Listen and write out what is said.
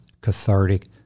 cathartic